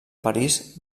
parís